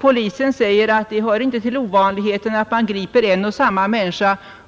Polisen säger, att det inte hör till ovanligheterna att man